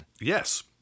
Yes